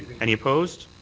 any opposed?